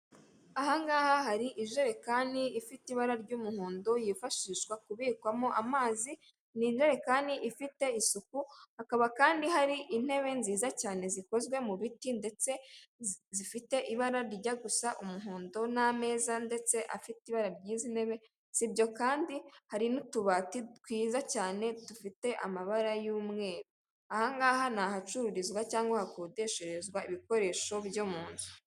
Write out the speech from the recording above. Ahangaha hari ijerekani ifite ibara ry'umuhondo yifashishwa kubikwamo amazi ni ijerekani ifite isuku hakaba kandi hari intebe nziza cyane zikozwe mu biti ndetse zifite ibara rijya gusa umuhondo n'ameza, ndetse afite ibara ry'izi ntebe sibyo kandi hari n'utubati twiza cyane dufite amabara y'umweru ahangaha ni ahacururizwa cyangwa hakodesherezwa ibikoresho byo mu nzu.